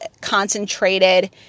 concentrated